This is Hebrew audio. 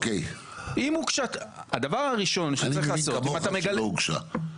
אני מבין כמוך שלא הוגשה.